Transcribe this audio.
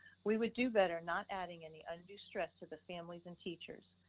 we would do better not adding any undue stress to the families and teachers.